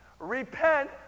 repent